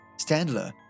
Standler